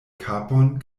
kapon